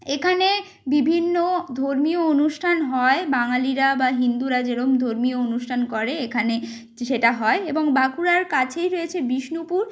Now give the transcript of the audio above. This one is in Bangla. এখানে বিভিন্ন ধর্মীয় অনুষ্ঠান হয় বাঙালিরা বা হিন্দুরা যেরম ধর্মীয় অনুষ্ঠান করে এখানে সেটা হয় এবং বাঁকুড়ার কাছেই রয়েছে বিষ্ণুপুর